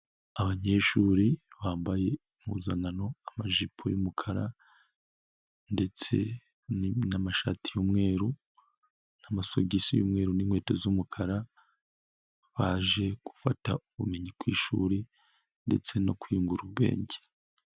Abanyeshuri bambaye impuzankano: amajipo y'umukara ndetse n'amashati y'umweru n'amasogisi y'umweru n'inkweto z'umukara, baje gufata ubumenyi ku ishuri ndetse no kwiyungura ubwenge.